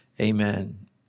Amen